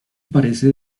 parece